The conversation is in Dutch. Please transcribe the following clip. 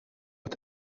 het